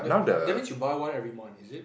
that means you buy one every month is it